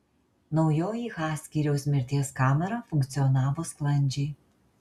naujoji h skyriaus mirties kamera funkcionavo sklandžiai